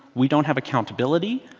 we don't have accountability,